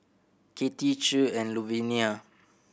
Katia Che and Louvenia